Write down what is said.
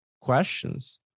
questions